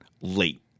late